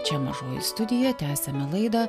čia mažoji studija tęsiame laidą